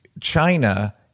china